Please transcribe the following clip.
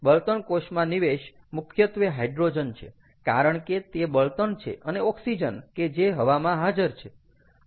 બળતણ કોષમાં નિવેશ મુખ્યત્વે હાઇડ્રોજન છે કારણ કે તે બળતણ છે અને ઓક્સિજન કે જે હવામાં હાજર છે